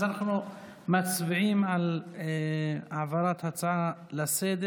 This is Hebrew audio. אז אנחנו מצביעים על העברת ההצעה לסדר-היום בנושא: